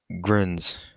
grins